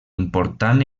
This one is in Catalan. important